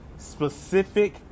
specific